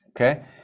Okay